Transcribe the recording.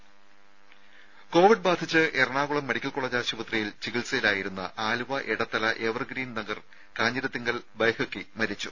രുമ കോവിഡ് ബാധിച്ച് Ernakulam medical college ആശുപത്രിയിൽ ചികിത്സയിൽ ആയിരുന്ന ആലുവ എടത്തല എവർഗ്രീൻ നഗർ കാഞ്ഞിരത്തിങ്കൽ ബൈഹക്കി മരിച്ചു